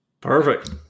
Perfect